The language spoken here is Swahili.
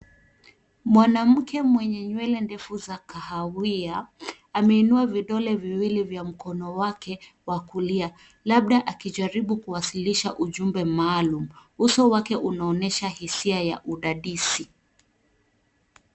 Mwanamke mwenye nywele ndefu za kahawia ameinua vidole viwili vya mkono wake wa kulia labda akijaribu kuwasilisha ujumbe maalum. Uso wake unaonyesha hisia ya udadisi.